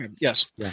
Yes